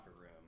room